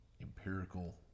empirical